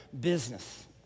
business